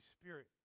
Spirit